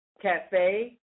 Cafe